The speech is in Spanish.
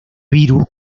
virus